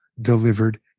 delivered